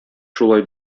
шулай